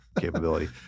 capability